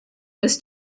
was